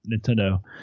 nintendo